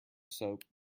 soap